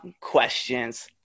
questions